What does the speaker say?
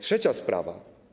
Trzecia sprawa.